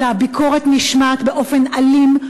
אלא הביקורת נשמעת באופן אלים,